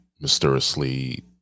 mysteriously